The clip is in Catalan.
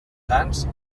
sants